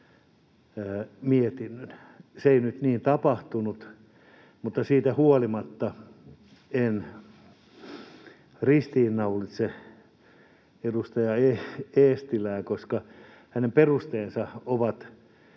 mietinnön. Se ei nyt niin tapahtunut, mutta siitä huolimatta en ristiinnaulitse edustaja Eestilää, koska hänen perusteensa ovat